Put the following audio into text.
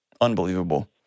Unbelievable